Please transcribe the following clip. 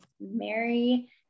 Mary